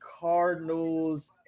cardinals